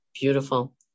Beautiful